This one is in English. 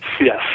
Yes